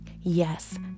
Yes